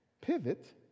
pivot